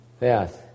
Yes